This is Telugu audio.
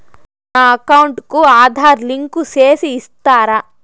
నా అకౌంట్ కు ఆధార్ లింకు సేసి ఇస్తారా?